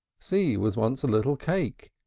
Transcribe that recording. c was once a little cake,